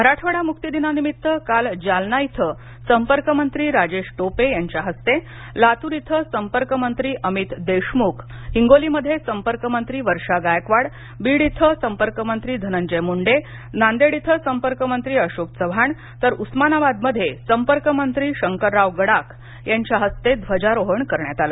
मराठवाडा मुक्ती दिनानिमित्त काल जालना इथं संपर्क मंत्री राजेश टोपे यांच्या हस्ते लातूर इथं संपर्क मंत्री अमित देशमुख हिंगोलीमधे संपर्क मंत्री वर्षा गायकवाड बीड इथं संपर्क मंत्री धनंजय मूंडे नांदेड इथ संपर्क मंत्री अशोक चव्हाण तर उस्मानाबादमध्ये संपर्क मंत्री शंकरराव गडाख यांच्या हस्ते ध्वजारोहण करण्यात आलं